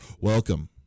Welcome